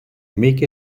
make